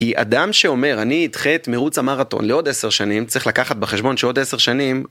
היא אדם שאומר, אני אדחה את מירוץ המרתון לעוד 10 שנים, צריך לקחת בחשבון שעוד 10 שנים.